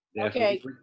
Okay